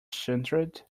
centered